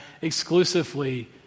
exclusively